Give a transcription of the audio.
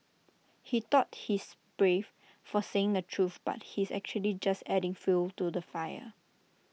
he thought he's brave for saying the truth but he's actually just adding fuel to the fire